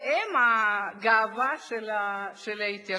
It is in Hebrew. הם הגאווה של ההתיישבות.